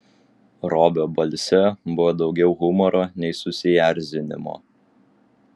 robio balse buvo daugiau humoro nei susierzinimo